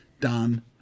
done